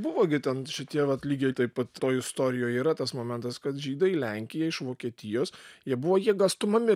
buvo gi ten šitie vat lygiai taip pat toj istorijoj yra tas momentas kad žydai į lenkiją iš vokietijos jie buvo jėga stumami